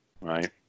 Right